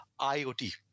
IoT